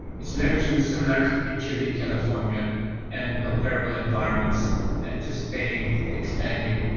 it's leveraging the similarities between chilean, california and comparable environments anticipating expanding.